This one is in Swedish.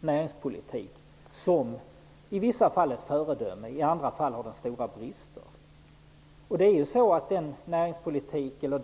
näringspolitik som ett föredöme i vissa fall -- i andra fall har en sådan politik stora brister.